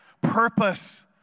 purpose